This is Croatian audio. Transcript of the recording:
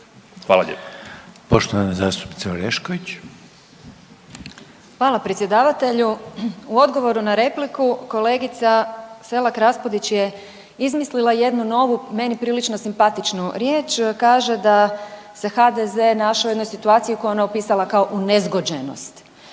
Dalija (Stranka s imenom i prezimenom)** Hvala predsjedavatelju. U odgovoru na repliku kolegica Selak Raspudić je izmislila jednu novu meni prilično simpatičnu riječ, kaže da se HDZ našao u jednoj situaciji koju je ona upisala kao unezgođenost.